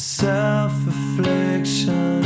self-affliction